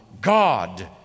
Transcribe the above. God